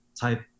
type